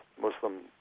Muslim